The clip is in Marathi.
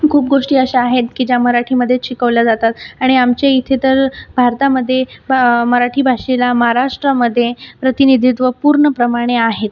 खूप गोष्टी अशा आहेत की ज्या मराठीमध्येच शिकवल्या जातात आणि आमच्या इथे तर भारतामध्ये व मराठी भाषेला महाराष्ट्रामध्ये प्रतिनिधित्व पूर्ण प्रमाणे आहेच